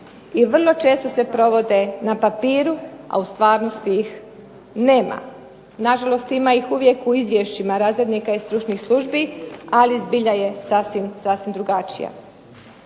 i vrlo često se provode na papiru, a u stvarnosti ih nema. Nažalost, ima ih uvijek u izvješćima razrednika i stručnih služba, ali zbilja je sasvim drugačija.